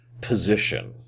position